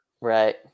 Right